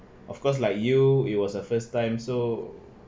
of course like you it was a first time so